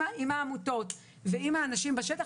עם העמותות ועם האנשים בשטח,